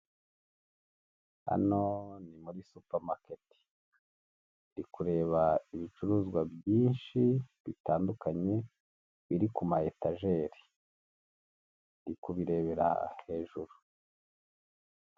Hano ni muri supamaketi ndi kureba ibicuruzwa byinshi bitandukanye biri ku maetajeri ndi kubirebera hejuru.